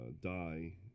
die